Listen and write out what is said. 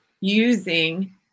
using